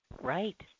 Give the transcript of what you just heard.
Right